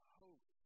hope